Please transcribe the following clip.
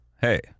hey